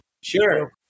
Sure